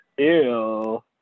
Ew